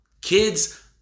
Kids